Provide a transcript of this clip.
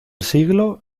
siglo